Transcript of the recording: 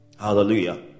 Hallelujah